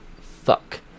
fuck